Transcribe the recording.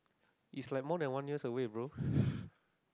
is like more than one years away bro